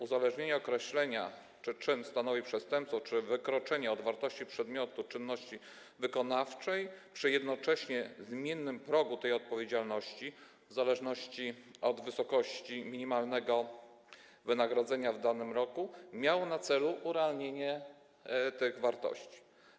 Uzależnienie określenia, czy czyn stanowi przestępstwo, czy wykroczenie, od wartości przedmiotu czynności wykonawczej, przy jednocześnie zmiennym progu tej odpowiedzialności w zależności od wysokości minimalnego wynagrodzenia w danym roku, miało na celu urealnienie tych wartości.